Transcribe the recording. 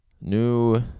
New